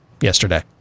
yesterday